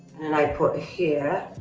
and i put here